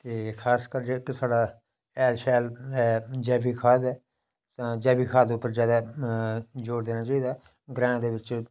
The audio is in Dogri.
किश किश इलाकें दे बिच गोजरी ते लतारी बोल्ली बी बोल्ली जंदी ते